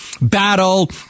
battle